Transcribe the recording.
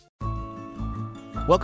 Welcome